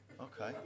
Okay